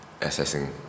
assessing